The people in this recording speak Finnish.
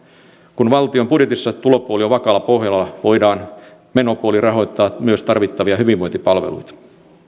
kun valtion budjetissa tulopuoli on vakaalla pohjalla voidaan menopuolella rahoittaa myös tarvittavia hyvinvointipalveluita